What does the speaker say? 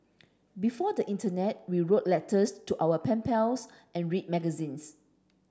before the internet we wrote letters to our pen pals and read magazines